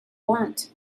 want